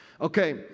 Okay